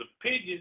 opinion